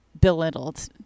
belittled